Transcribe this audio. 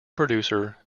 producer